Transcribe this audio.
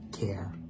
care